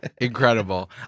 Incredible